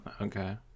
Okay